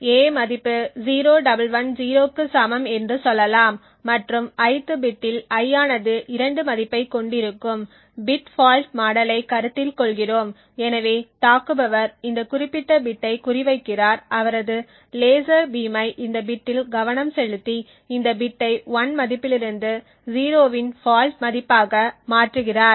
a மதிப்பு 0110 க்குச் சமம் என்று சொல்லலாம் மற்றும் ith பிட்டில் i ஆனது 2 மதிப்பைக் கொண்டிருக்கும் பிட் ஃபால்ட் மாடலைக் கருத்தில் கொள்கிறோம் எனவே தாக்குபவர் இந்த குறிப்பிட்ட பிட்டை குறிவைக்கிறார் அவரது லேசர் பீம்மை இந்த பிட்டில் கவனம் செலுத்தி இந்த பிட்டை 1 மதிப்பிலிருந்து 0 இன் ஃபால்ட் மதிப்பாக மாற்றுகிறார்